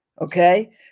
Okay